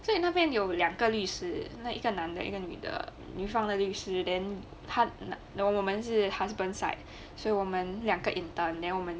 所以那边有两个律师另外一个男的一个女的女方的律师 then 他我们是 husband side 所以我们两个 intern then 我们